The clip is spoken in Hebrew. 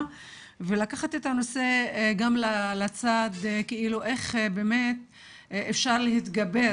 ולקחת את הנושא גם לצד של איך באמת אפשר להתגבר